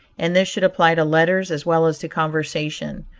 and this should apply to letters as well as to conversation.